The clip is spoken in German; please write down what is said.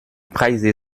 preise